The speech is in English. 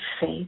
faith